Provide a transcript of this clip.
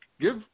give